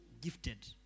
gifted